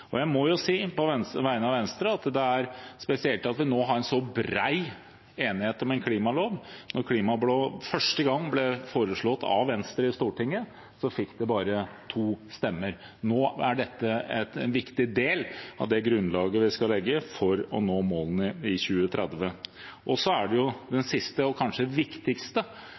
klimalov. Jeg må på vegne av Venstre si at det er spesielt at vi nå har en så bred enighet om en klimalov. Da en klimalov første gang ble foreslått av Venstre i Stortinget, fikk det bare to stemmer. Nå er dette en viktig del av det grunnlaget vi skal legge for å nå målene i 2030. Det siste – og kanskje viktigste